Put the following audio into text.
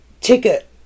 ticket